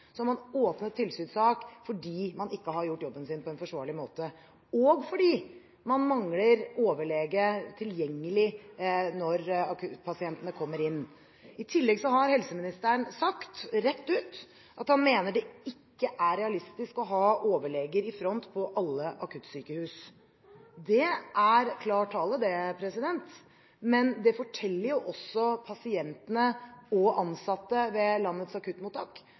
har man åpnet tilsynssak fordi man ikke har gjort jobben sin på en forsvarlig måte, og fordi man mangler overlege tilgjengelig når akuttpasientene kommer inn. I tillegg har helseministeren sagt rett ut at han mener det ikke er realistisk å ha overleger i front på alle akuttsykehusene. Det er klar tale. Men det forteller også pasientene og ansatte ved landets akuttmottak